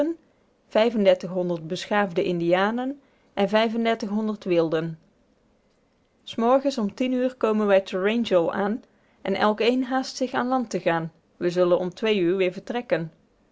beschaafde indianen en wilden s morgens om tien uur komen wij te wrangell aan en elkeen haast zich aan land te gaan we zullen om twee uur weer vertrekken